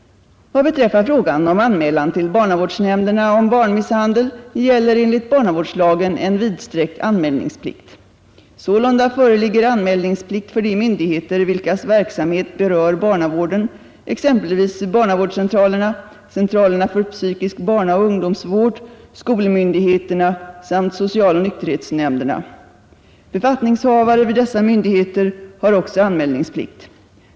Vad beträffar frågan om anmälan till barnavårdsnämnderna om Nr 51 barnmisshandel gäller enligt barnavårdslagen en vidsträckt anmälnings Törsdagen den plikt. Sålunda föreligger anmälningsplikt för de myndigheter vilkas 25 mars 1971 verksamhet berör barnavården exempelvis barnavårdscentralerna, centra= ——— lerna för psykisk barnaoch ungdomsvård, skolmyndigheterna samt Om åtgärder för att socialoch nykterhetsnämnderna. Befattningshavare vid dessa myndigförhindra barnmissheter har också anmälningsplikt.